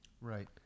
Right